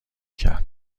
کرد